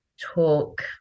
talk